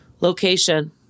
Location